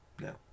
No